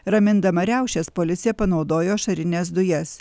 ramindama riaušes policija panaudojo ašarines dujas